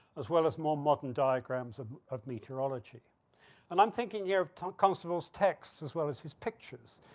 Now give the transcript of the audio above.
as well as more modern diagrams of meteorology and i'm thinking yeah of constables texts as well as his pictures,